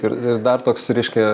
ir ir dar toks reiškia